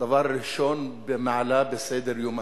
כדבר ראשון במעלה בסדר-יומה.